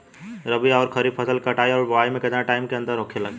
रबी आउर खरीफ फसल के कटाई और बोआई मे केतना टाइम के अंतर होखे के चाही?